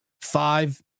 Five